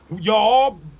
Y'all